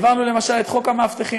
העברנו למשל את חוק המאבטחים,